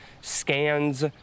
scans